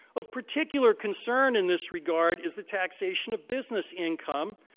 of particular concern in this regard is the taxation of business income.